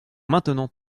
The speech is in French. maintenant